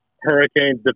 Hurricanes